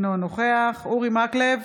אינו נוכח אורי מקלב,